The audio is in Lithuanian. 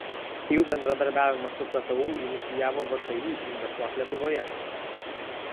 jų bendradarbiavimą su ktu inicijavo všį investuok lietuvoje